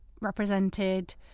represented